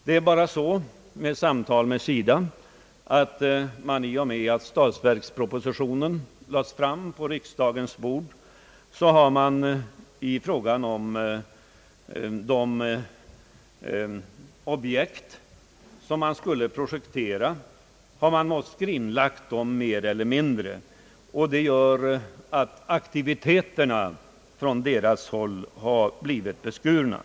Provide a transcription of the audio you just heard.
Genom samtal med SIDA har jag erfarit att man, i och med att statsverkspropositionen lades fram på riksdagens bord, i fråga om de objekt som man skulle projektera måst skrinlägga dem mer eller mindre, och detta gör att SIDA:s aktiva insatser blivit beskurna.